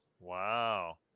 Wow